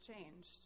changed